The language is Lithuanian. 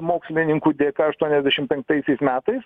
mokslininkų dėka aštuoniasdešim penktaisiais metais